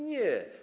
Nie.